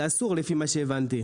זה אסור לפי מה שהבנתי,